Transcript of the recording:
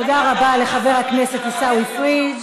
תודה רבה לחבר הכנסת עיסאווי פריג'.